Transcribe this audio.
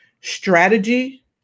strategy